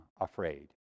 afraid